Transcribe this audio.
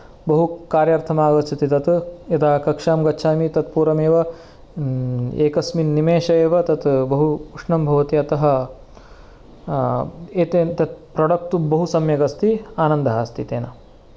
बहु कार्यार्थम् आगच्छति तत् यदा कक्षां गच्छामि तत् पूर्वमेव एकस्मिन् निमेषे एव तत् बहु उष्णं भवति अतः एतत् तत् प्रोडक्ट् बहु सम्यक् अस्ति आनन्दः अस्ति तेन